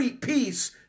peace